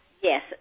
yes